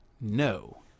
no